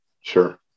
Sure